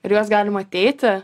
ir į juos galima ateiti